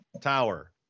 Tower